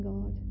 God